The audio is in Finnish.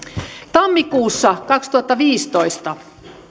tammikuussa kaksituhattaviisitoista